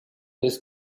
this